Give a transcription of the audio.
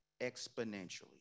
exponentially